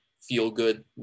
feel-good